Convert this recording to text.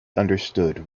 understood